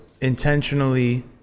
intentionally